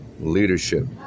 Leadership